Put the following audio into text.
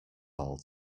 all